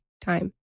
time